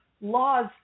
laws